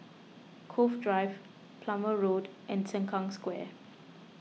Cove Drive Plumer Road and Sengkang Square